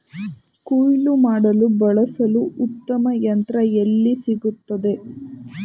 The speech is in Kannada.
ಕುಯ್ಲು ಮಾಡಲು ಬಳಸಲು ಉತ್ತಮ ಯಂತ್ರ ಎಲ್ಲಿ ಸಿಗುತ್ತದೆ?